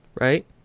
Right